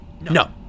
No